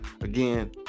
again